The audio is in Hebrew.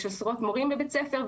יש עשרות מורים בבית ספר,